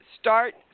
start